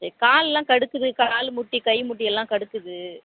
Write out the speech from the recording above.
ம் சரி காலெலாம் கடுக்குது கால் முட்டி கை முட்டியெல்லாம் கடுக்குது